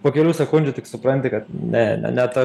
po kelių sekundžių tik supranti kad ne ne ne ta